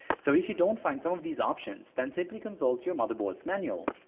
so if you don't find some of these options then simply consult your motherboards manual.